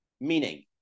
meaning